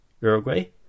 Uruguay